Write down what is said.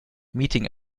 meeting